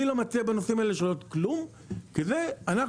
אני לא מציע לשנות כלום בנושאים האלה כי זה חלק